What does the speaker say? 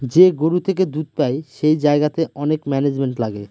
যে গরু থেকে দুধ পাই সেই জায়গাতে অনেক ম্যানেজমেন্ট লাগে